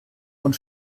und